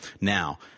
Now